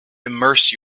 immerse